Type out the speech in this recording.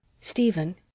Stephen